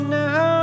now